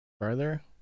further